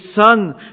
son